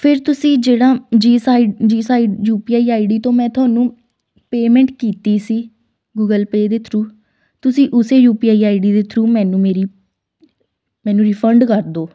ਫਿਰ ਤੁਸੀਂ ਜਿਹੜਾ ਜੀ ਸਾਈਟ ਜੀ site U P I I D ਤੋਂ ਮੈਂ ਤੂਹਾਨੂੰ ਪੇਮੈਂਟ ਕੀਤੀ ਸੀ ਗੂਗਲ ਪੇ ਦੇ ਥਰੂਅ ਤੁਸੀਂ ਉਸੇ U P I I D ਦੇ ਥਰੂਅ ਮੈਨੂੰ ਮੇਰੀ ਮੈਨੂੰ ਰੀਫੰਡ ਕਰ ਦਿਓ